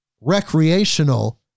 recreational